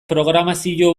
programazio